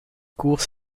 course